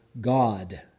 God